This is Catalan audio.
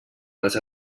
les